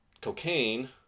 Cocaine